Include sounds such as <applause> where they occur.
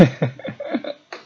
<laughs>